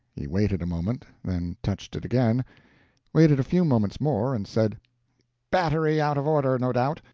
he waited a moment, then touched it again waited a few moments more, and said battery out of order, no doubt.